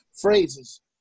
phrases